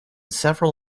several